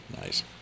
Nice